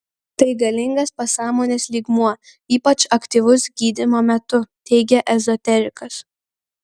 tai galingas pasąmonės lygmuo ypač aktyvus gydymo metu teigia ezoterikas